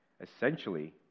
Essentially